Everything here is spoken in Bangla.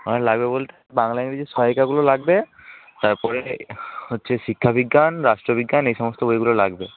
আমার লাগবে বলতে বাংলা ইংরেজির সহায়িকাগুলো লাগবে তারপরে হচ্ছে শিক্ষা বিজ্ঞান রাষ্ট্র বিজ্ঞান এই সমস্ত বইগুলো লাগবে